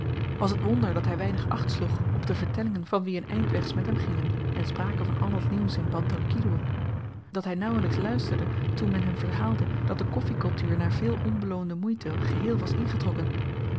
was t wonder dat hy weinig acht sloeg op de vertellingen van wie een eind wegs met hem gingen en spraken van al t nieuws in bantan kidoel dat hy nauwelyks luisterde toen men hem verhaalde dat de koffikultuur na veel onbeloonde moeite geheel was ingetrokken